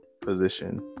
position